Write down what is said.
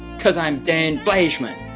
cause i'm dan fleyshman.